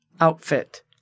outfit